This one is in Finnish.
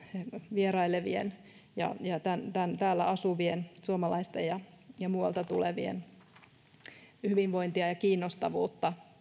vierailevien ja ja täällä asuvien suomalaisten ja ja muualta tulevien hyvinvoinnista ja siitä kiinnostavuudesta